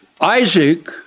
Isaac